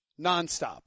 nonstop